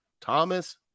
Thomas